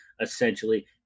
essentially